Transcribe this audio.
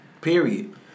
Period